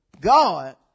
God